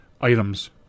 Items